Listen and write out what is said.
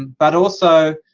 but also,